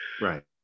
right